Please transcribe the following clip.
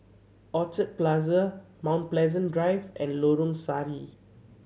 Orchard Plaza Mount Pleasant Drive and Lorong Sari